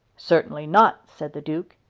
certainly not, said the duke,